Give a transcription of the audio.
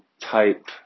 type